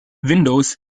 windows